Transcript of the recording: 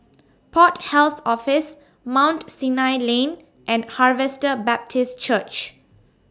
Port Health Office Mount Sinai Lane and Harvester Baptist Church